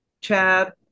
Chad